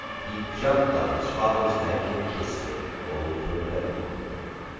he jumped on his father's neck and kissed him over and over.